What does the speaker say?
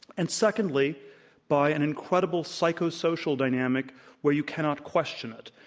and secondly by an incredible psychosocial dynamic where you cannot question it.